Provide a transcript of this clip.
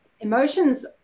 Emotions